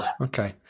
Okay